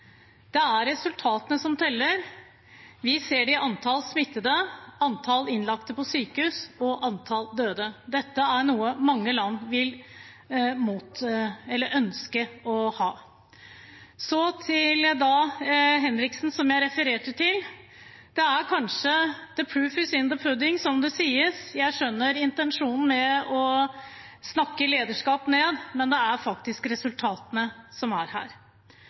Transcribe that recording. Det er resultatene som teller. Vi ser det i antall smittede, antall innlagte på sykehus og antall døde – dette er noe mange land ville ønske å ha. Så til Henriksen, som jeg refererte til: Det er kanskje slik at «the proof is in the pudding», som det sies. Jeg skjønner intensjonen med å snakke lederskap ned, men det er faktisk resultatene som er her.